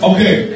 Okay